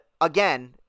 again